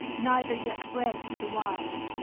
neither yet bread to the wise,